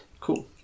Cool